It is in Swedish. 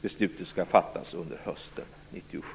Beslutet skall fattas under hösten 1997.